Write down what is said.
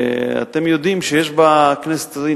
אתם יודעים שיש בכנסת הזאת,